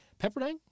Pepperdine